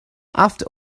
after